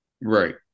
Right